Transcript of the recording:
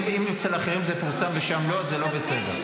אם אצל אחרים זה פורסם ושם לא, זה לא בסדר.